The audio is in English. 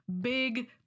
big